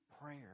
prayer